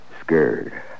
scared